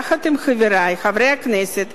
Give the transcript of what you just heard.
יחד עם חברי חברי הכנסת